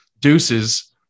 deuces